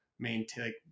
maintain